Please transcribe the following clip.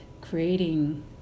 creating